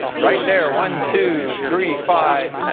right there, one, two, three, five.